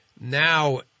Now